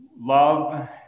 love